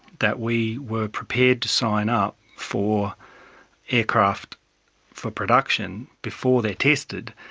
that we were prepared to sign up for aircraft for production before they're tested,